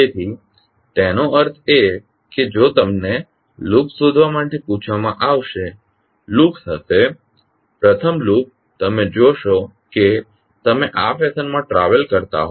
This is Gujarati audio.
તેથી તેનો અર્થ એ કે જો તમને લૂપ્સ શોધવા માટે પૂછવામાં આવશે લૂપ્સ હશે પ્રથમ લૂપ તમે જોશો કે તમે આ ફેશનમાં ટ્રાવેલ કરતા હોવ